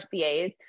CAs